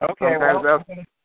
Okay